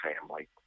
family